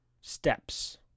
steps